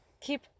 keep